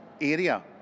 area